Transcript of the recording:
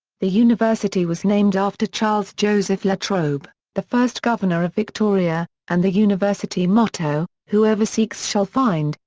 the university was named after charles joseph la trobe, the first governor of victoria, and the university motto, whoever seeks shall find,